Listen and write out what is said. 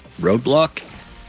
roadblock